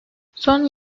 son